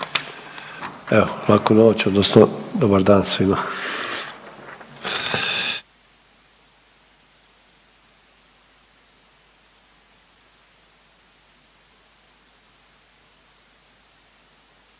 Evo laku noć odnosno dobar dan svima.